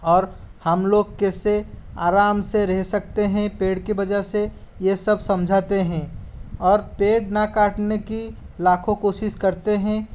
और हम लोग कैसे आराम से रह सकते हैं पेड़ की वजह से ये सब समझाते हैं और पेड़ ना काटने की लाखों कोशिश करते हैं